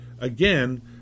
again